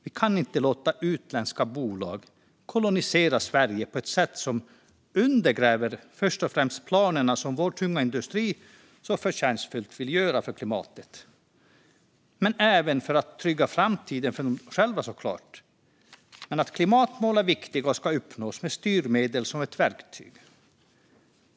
Vi kan inte låta utländska bolag kolonisera Sverige på ett sätt som undergräver först och främst planerna som vår tunga industri så förtjänstfullt vill göra för klimatet, men även för att trygga framtiden för dem själva såklart. Klimatmål är viktiga och ska uppnås med styrmedel som ett verktyg.